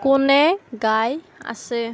কোনে গাই আছে